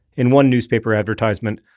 in one newspaper advertisement,